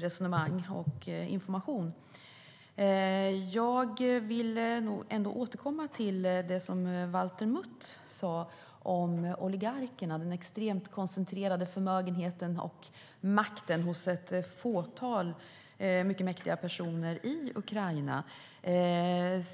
resonemang och information. Jag vill återkomma till det Valter Mutt sade om oligarkerna och den extremt koncentrerade förmögenheten och makten hos ett fåtal mycket mäktiga personer i Ukraina.